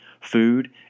food